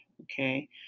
okay